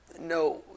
No